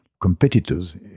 competitors